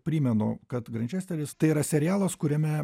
primenu kad grančesteris tai yra serialas kuriame